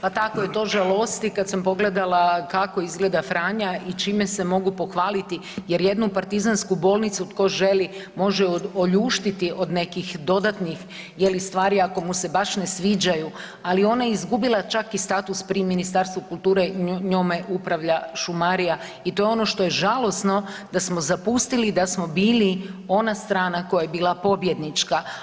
Pa tako je, to žalosti, kad sam pogledala kako izgleda Franja i čime se mogu pohvaliti jer jednu partizansku bolnicu, tko želi, može ju oljuštiti od nekih dodatnih je li, stvari ako mu se baš ne sviđaju, ali ona je izgubila čak i status pri Ministarstvu kulture, njome upravlja šumarija i to je ono što je žalosno da smo zapustili i da smo bili ona strana koja je bila pobjednička.